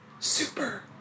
Super